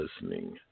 listening